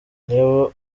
niba